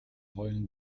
heulen